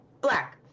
black